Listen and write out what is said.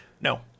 No